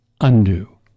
undo